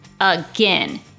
Again